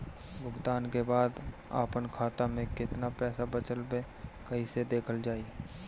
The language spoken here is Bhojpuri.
भुगतान के बाद आपन खाता में केतना पैसा बचल ब कइसे देखल जाइ?